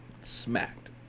Smacked